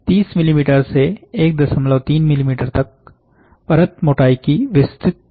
30 millimetre से 13 millimetre तक परत मोटाई की विस्तृत रेंज संभव है